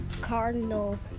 cardinal